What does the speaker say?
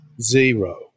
Zero